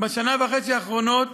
בשנה וחצי האחרונות